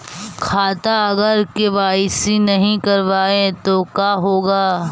खाता अगर के.वाई.सी नही करबाए तो का होगा?